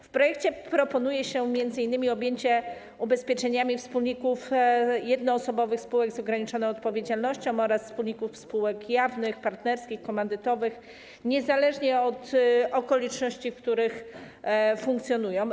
W projekcie proponuje się m.in. objęcie ubezpieczeniami wspólników jednoosobowych spółek z ograniczoną odpowiedzialnością oraz wspólników spółek jawnych, partnerskich, komandytowych, niezależnie od okoliczności, w których funkcjonują.